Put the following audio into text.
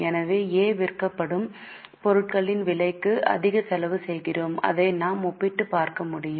எனவே A விற்கப்படும் பொருட்களின் விலைக்கு அதிக செலவு செய்கிறோம் அதை நாம் ஒப்பிட்டுப் பார்க்க முடியும்